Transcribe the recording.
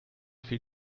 viel